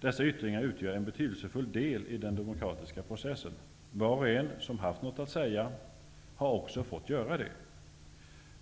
Dessa yttringar utgör en betydelsefull del i den demokratiska processen. Var och en som har haft någonting att säga har också fått göra det.